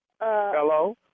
Hello